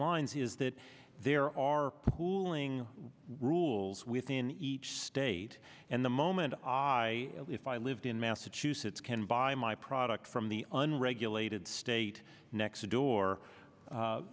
lines is that there are pulling rules within each state and the moment i if i lived in massachusetts can buy my product from the unregulated state next door